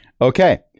Okay